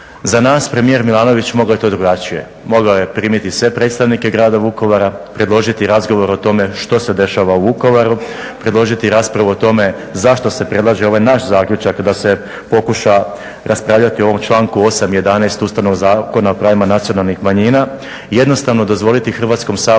Za nas premijer Milanović mogao je to i drugačije, mogao je primiti sve predstavnike Grada Vukovara, predložiti razgovor o tome što se dešava u Vukovaru, predložiti raspravu o tome zašto se predlaže ovaj naš zaključak da se pokuša raspravljati o ovom članku 8., 11. Ustavnog Zakona o pravima Nacionalnih manjina i jednostavno dozvoliti Hrvatskom saboru